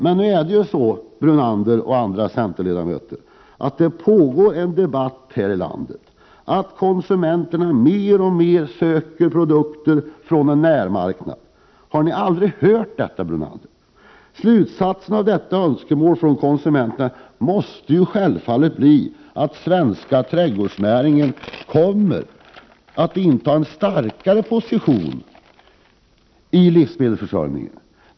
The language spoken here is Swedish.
Det pågår, Lennart Brunander och andra centerpartister, en debatt i detta land med anledning av att konsumenterna alltmer söker produkter från en närmarknad. Har ni aldrig hört talas om detta, Lennart Brunander och andra? Slutsatsen av detta konsumenternas önskemål måste självfallet bli att den svenska trädgårdsnäringen kommer att inta en starkare position i livsmedelsförsörjningen.